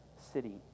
city